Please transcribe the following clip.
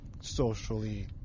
socially